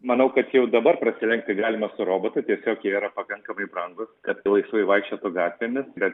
manau kad jau dabar prasilenkti galima su robotu tiesiog jie yra pakankamai brangūs kad laisvai vaikščiotų gatvėmis bet